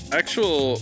actual